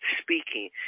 speaking